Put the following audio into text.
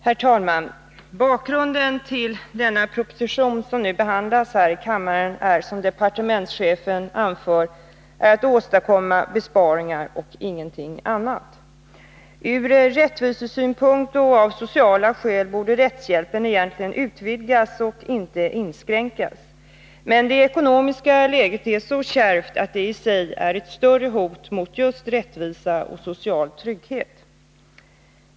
Herr talman! Bakgrunden till den proposition som nu behandlas i kammaren är, som departementschefen anför, att åstadkomma besparingar och ingenting annat. Ur rättvisesynpunkt och av sociala skäl borde rättshjälpen egentligen utvidgas och inte inskränkas. Men det ekonomiska läget är så kärvt att det i sig är ett större hot mot just rättvisa och social trygghet.